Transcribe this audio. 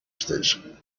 station